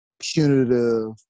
punitive